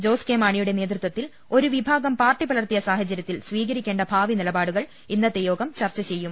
ജോസ് കെ മാണിയുടെ നേതൃത്വത്തിൽ ഒരു വിഭാഗം പാർട്ടി പിളർത്തിയ സ്റാഹചര്യത്തിൽ സ്വീകരിക്കേണ്ട ഭാവി നിലപാ ടുകൾ ഇന്നത്തെ യോഗം ചർച്ച ചെയ്യും